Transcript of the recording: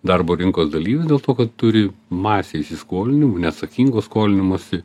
darbo rinkos dalyvį dėl to kad turi masę įsiskolinimų neatsakingo skolinimosi